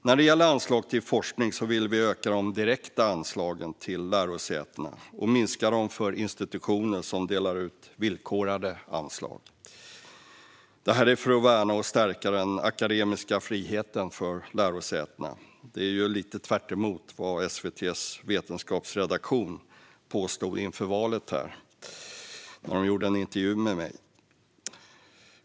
Vad gäller anslag till forskning vill vi öka de direkta anslagen till lärosätena och minska anslagen för institutioner som delar ut villkorade anslag - detta för att värna och stärka den akademiska friheten för lärosätena. Det är lite tvärtemot vad SVT:s vetenskapsredaktion påstod inför valet när de gjorde en intervju med mig.